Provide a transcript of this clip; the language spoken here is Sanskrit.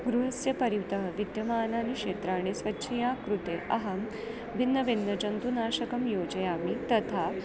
गृहस्य परितः विद्यमानानि क्षेत्राणि स्वच्छतायाः कृते अहं भिन्नभिन्नजन्तुनाशकं योजयामि तथा